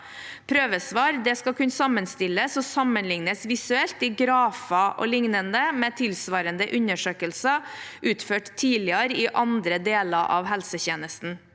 Prøvesvar skal kunne sammenstilles og sammenlignes visuelt i grafer o.l. med tilsvarende undersøkelser utført tidligere i andre deler av helsetjenesten.